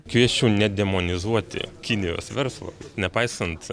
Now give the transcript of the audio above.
kviesčiau nedemonizuoti kinijos verslo nepaisant